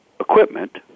equipment